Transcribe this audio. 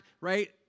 right